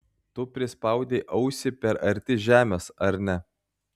tu prispaudei ausį per arti žemės ar ne